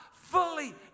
fully